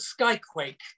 Skyquake